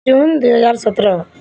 June ଦୁଇ ହଜାର ସତର